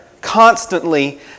constantly